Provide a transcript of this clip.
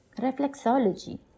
reflexology